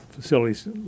facilities